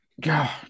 god